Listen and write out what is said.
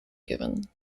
given